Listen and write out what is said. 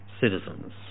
citizens